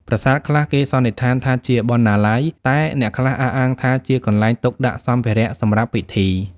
ប្រាសាទខ្លះគេសន្និដ្ឋានថាជាបណ្ណាល័យ តែអ្នកខ្លះអះអាងថាជាកន្លែងទុកដាក់សម្ភារៈសម្រាប់ពិធី។